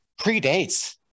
predates